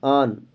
on